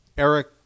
Eric